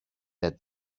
that